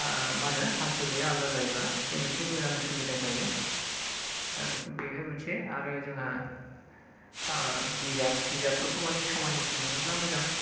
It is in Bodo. मा होनो हासुग्राया आलादा जायोबा बे मोनसे मोजां सुबिदा जायो दा बेबो मोनसे आरो जोंहा बिजाब बिजाबफोरखौ माने समय मथे मोनोब्ला मोजां